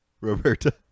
Roberta